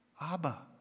Abba